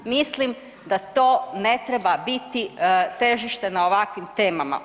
Mislim da to ne treba biti težište na ovakvim temama.